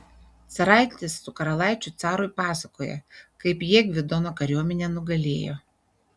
caraitis su karalaičiu carui pasakoja kaip jie gvidono kariuomenę nugalėjo